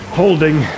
holding